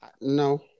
No